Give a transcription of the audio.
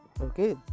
okay